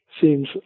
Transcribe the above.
seems